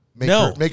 No